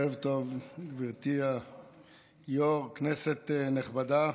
ערב טוב, גברתי היושבת-ראש, כנסת נכבדה,